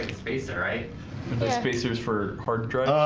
ah space all right the spacers for hard drive.